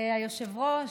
היושב-ראש,